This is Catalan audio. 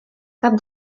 cap